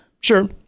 sure